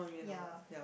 ya